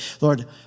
Lord